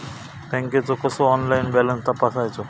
बँकेचो कसो online balance तपासायचो?